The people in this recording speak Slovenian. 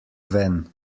ven